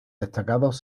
destacados